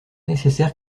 nécessaire